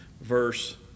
verse